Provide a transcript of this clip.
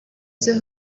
sus